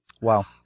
Wow